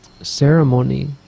ceremony